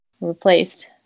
replaced